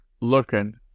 looking